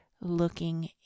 looking